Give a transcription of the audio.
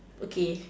okay